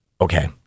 Okay